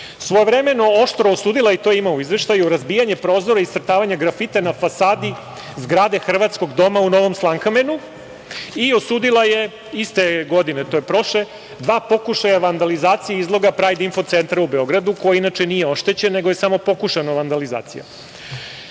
svojevremeno oštro osudila i to ima u izveštaju razbijanje prozora i iscrtavanje grafita na fasadi zgrade hrvatskog doma u Novom Slankamenu i osudila je iste godine, to je prošle, dva pokušaja vandalizacije izloga Prajd info centra u Beogradu, koji inače nije oštećen, nego je samo pokušana vandalizacija.Međutim,